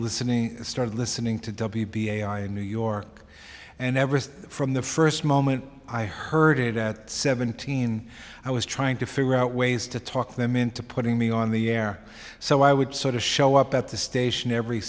listening started listening to w b a i in new york and everest from the first moment i heard it at seventeen i was trying to figure out ways to talk them into putting me on the air so i would sort of show up at the station every